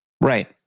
Right